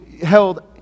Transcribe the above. held